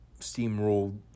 steamrolled